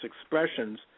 expressions